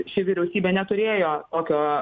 ši vyriausybė neturėjo tokio